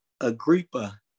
Agrippa